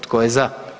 Tko je za?